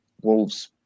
Wolves